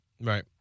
Right